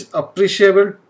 appreciable